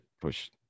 push